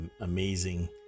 amazing